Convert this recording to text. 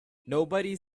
nobody